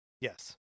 Yes